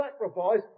sacrifice